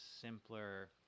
simpler